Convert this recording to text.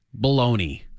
baloney